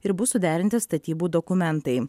ir bus suderinti statybų dokumentai